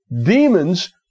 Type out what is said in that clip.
Demons